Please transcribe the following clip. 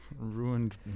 Ruined